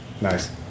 Nice